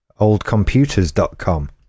oldcomputers.com